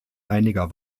einiger